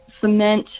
cement